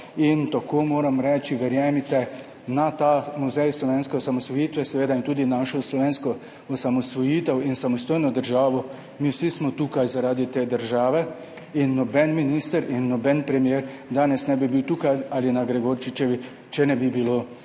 in tako moram reči na ta Muzej slovenske osamosvojitve, seveda, in tudi našo slovensko osamosvojitev in samostojno državo, verjemite, mi vsi smo tukaj zaradi te države in noben minister in noben premier danes ne bi bil tukaj ali na Gregorčičevi, če ne bi bilo